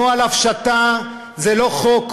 נוהל הפשטה זה לא חוק.